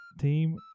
Team